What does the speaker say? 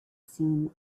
seen